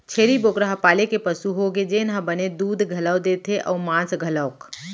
छेरी बोकरा ह पाले के पसु होगे जेन ह बने दूद घलौ देथे अउ मांस घलौक